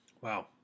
Wow